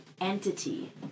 entity